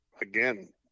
again